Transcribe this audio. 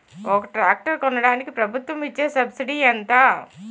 ఒక ట్రాక్టర్ కొనడానికి ప్రభుత్వం ఇచే సబ్సిడీ ఎంత?